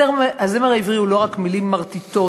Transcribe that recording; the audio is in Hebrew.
הזמר העברי הוא לא רק מילים מרטיטות